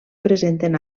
presenten